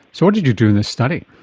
so what did you do in the study?